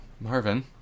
Marvin